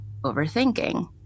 overthinking